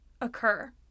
occur